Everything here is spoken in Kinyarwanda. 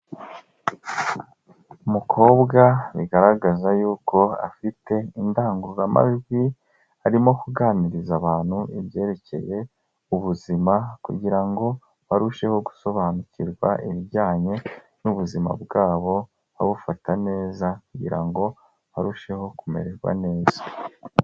Umukobwa bigaragaza yuko afite indangururamajwi arimo kuganiriza abantu ibyerekeye ubuzima kugira ngo barusheho gusobanukirwa ibijyanye n'ubuzima bwabo babufata neza kugira ngo arusheho kumererwa neza.